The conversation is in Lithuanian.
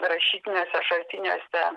rašytiniuose šaltiniuose